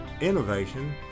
innovation